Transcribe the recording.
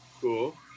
Cool